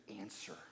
answer